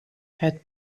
had